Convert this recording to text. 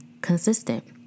consistent